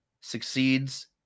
succeeds